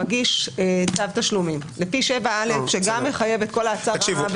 מגיש צו תשלומים לפי 7א שגם מחייב את כל ההצהרה.